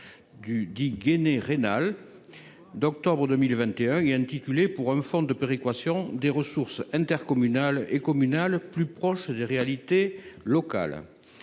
du 10 gainé Reynal d'octobre 2021 et intitulé pour un fonds de péréquation des ressources intercommunales et communales, plus proche des réalités locales,